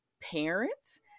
parents